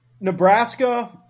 Nebraska